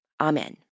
Amen